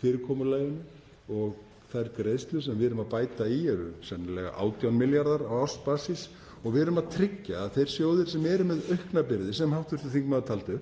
fyrirkomulaginu og þær greiðslur sem við erum að bæta í eru sennilega 18 milljarðar á ársbasis. Við erum að tryggja að þeir sjóðir sem eru með aukna byrði, sem hv. þingmaður taldi